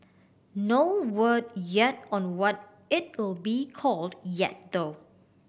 no word yet on what it'll be called yet though